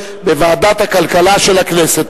בוועדת הכלכלה של הכנסת.